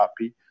happy